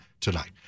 tonight